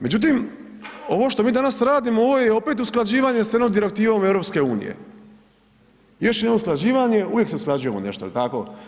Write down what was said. Međutim, ovo što mi danas radimo, ovo je opet usklađivanje s jednom direktivom EU-a, još jedno usklađivanje, uvijek se usklađujemo nešto, jel tako?